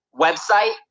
website